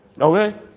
okay